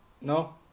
No